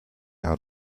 out